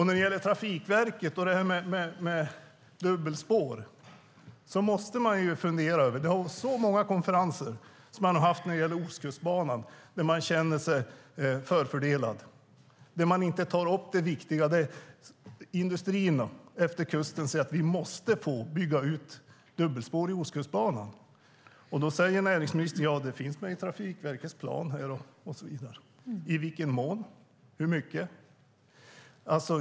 När det gäller Trafikverket och det här med dubbelspår måste man fundera. Det har varit så många konferenser när det gäller Ostkustbanan där man känner sig förfördelad. Man tar inte upp det viktiga. Industrin utefter kusten säger att vi måste få bygga ut dubbelspår i Ostkustbanan. Då säger näringsministern: Ja, det finns med i Trafikverkets plan. I vilken mån? Hur mycket?